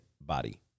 body